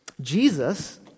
Jesus